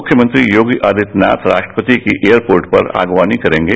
मुख्यमंत्री योगी आदित्यनाथ राष्ट्रपति की एयरपोर्ट पर आगवानी करेंगे